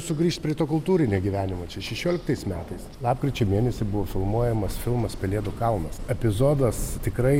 sugrįžt prie to kultūrinio gyvenimo čia šešioliktais metais lapkričio mėnesį buvo filmuojamas filmas pelėdų kalnas epizodas tikrai